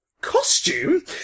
costume